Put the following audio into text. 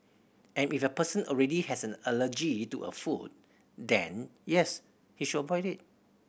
and if a person already has an allergy to a food then yes he should avoid it